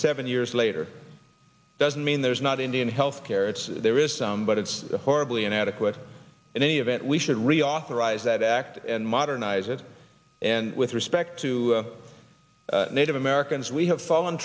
seven years later doesn't mean there's not indian health care it's there is some but it's horribly inadequate in any event we should reauthorize that act and modernize it and with respect to native americans we have fallen